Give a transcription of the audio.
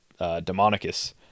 Demonicus